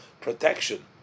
protection